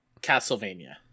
Castlevania